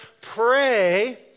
pray